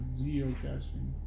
geocaching